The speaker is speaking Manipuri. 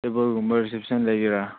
ꯇꯦꯕꯜꯒꯨꯝꯕ ꯔꯤꯁꯦꯞꯁꯟ ꯂꯩꯒꯦꯔꯥ